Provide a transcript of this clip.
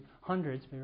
hundreds